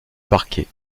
parquet